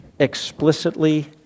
explicitly